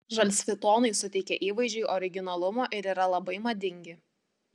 žalsvi tonai suteikia įvaizdžiui originalumo ir yra labai madingi